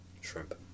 Shrimp